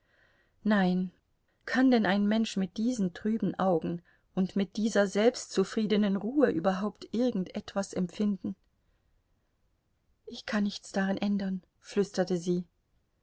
nein kann denn ein mensch mit diesen trüben augen und mit dieser selbstzufriedenen ruhe überhaupt irgend etwas empfinden ich kann nichts daran ändern flüsterte sie